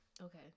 Okay